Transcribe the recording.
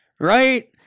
right